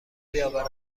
بیاورم